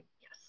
Yes